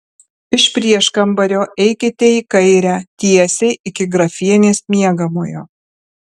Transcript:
iš prieškambario eikite į kairę tiesiai iki grafienės miegamojo